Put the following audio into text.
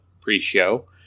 pre-show